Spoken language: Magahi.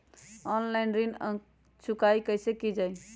ऑनलाइन ऋण चुकाई कईसे की ञाई?